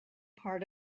part